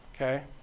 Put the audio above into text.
okay